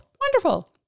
Wonderful